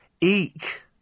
eek